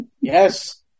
Yes